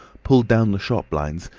pulled down the shop blinds,